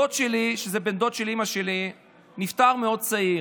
דוד שלי, שזה בן דוד של אימא שלי, נפטר מאוד צעיר.